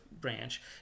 branch